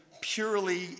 purely